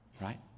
right